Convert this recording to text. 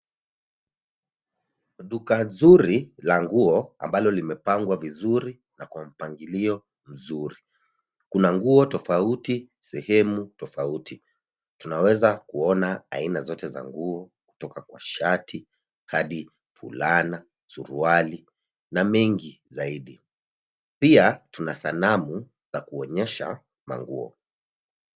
Duka zuri la nguo ambalo limepangwa vizuri na kwa mpangilio mzuri. Kuna nguo tofauti, sehemu tofauti. Tunaweza kuona aina zote za nguo kutoka kwa shati hadi fulana, suruali na mengi zaidi. Pia tuna sanamu ya kuonyesha manguo.